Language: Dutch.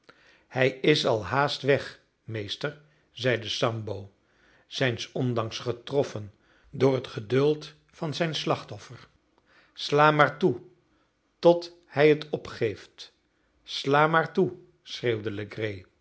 hij is al haast weg meester zeide sambo zijns ondanks getroffen door het geduld van het slachtoffer sla maar toe tot hij het opgeeft sla